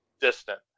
distant